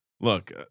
Look